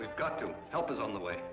we've got to help is on the way